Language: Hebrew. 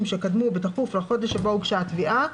שקדמו בתכוף לחודש שבו הוגשה התביעה"...